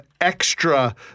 extra